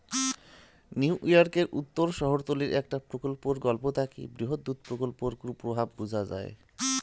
নিউইয়র্কের উত্তর শহরতলীর একটা প্রকল্পর গল্প থাকি বৃহৎ দুধ প্রকল্পর কুপ্রভাব বুঝা যাই